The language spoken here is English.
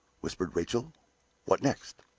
whispered rachel what next?